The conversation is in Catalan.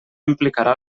implicarà